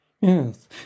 Yes